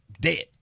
dead